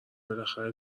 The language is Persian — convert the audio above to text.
بالاخره